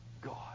God